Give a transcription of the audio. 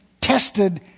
tested